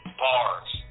bars